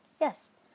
Yes